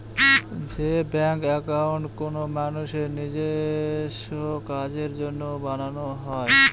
যে bank account কোনো মানুষের নিজেস্ব কাজের জন্য বানানো হয়